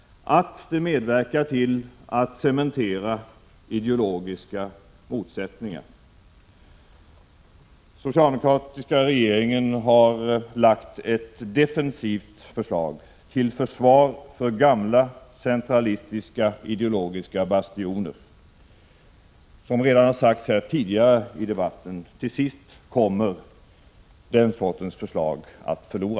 Det medverkar till att cementera ideologiska motsättningar. Den socialdemokratiska regeringen har lagt fram ett defensivt förslag till försvar för gamla centralistiska, ideologiska bastioner. Som redan sagts tidigare i debatten — till sist kommer den sortens förslag att förlora.